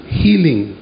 healing